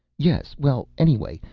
yes, well, anyway,